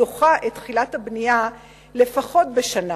דוחה את תחילת הבנייה לפחות בשנה,